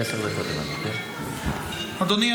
אדוני,